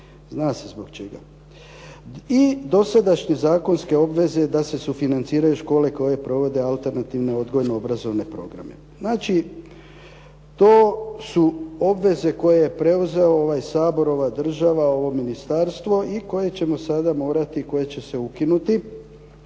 Zna se zbog čega. I dosadašnje zakonske obveze da se sufinanciraju škole koje provode alternativne odgojno-obrazovne programe. Znači, to su obveze koje je preuzeo ovaj Sabor, ova država, ovo ministarstvo i koje ćemo sada morati, koje će se ukinuti,